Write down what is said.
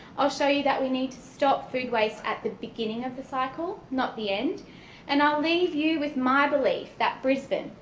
i'll show you that we need to stop food waste at the beginning of the cycle not the end and i'll leave you with my belief that brisbane,